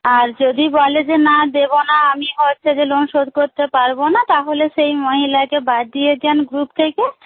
আর যদি বলে যে না দেব না আমি হচ্ছে যে লোন শোধ করতে পারবো না তাহলে সেই মহিলাকে বাদ দিয়ে দেন গ্রুপ থেকে